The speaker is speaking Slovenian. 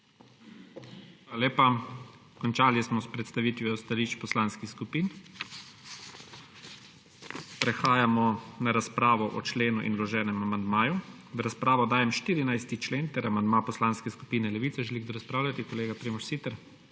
lepa. Končali smo s predstavitvijo stališč poslanskih skupin. Prehajamo na razpravo o členu in vloženem amandmaju. V razpravo dajem 14. člen ter amandma Poslanske skupine Levica. Želi kdo razpravljati? Kolega Primož Siter.